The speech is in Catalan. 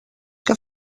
que